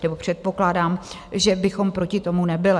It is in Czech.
Nebo předpokládám, že bychom proti tomu nebyli.